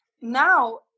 now